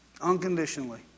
Unconditionally